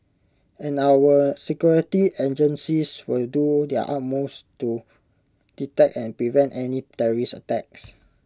and our security agencies will do their utmost to detect and prevent any terrorist attacks